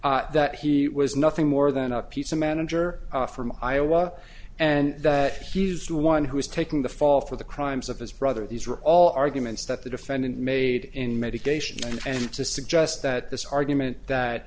that he was nothing more than a piece a manager from iowa and that he's the one who is taking the fall for the crimes of his brother these are all arguments that the defendant made in mitigation and to suggest that this argument